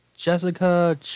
Jessica